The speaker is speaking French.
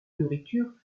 nourriture